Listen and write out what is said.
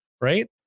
Right